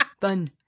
fun